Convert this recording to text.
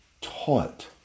taught